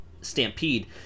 stampede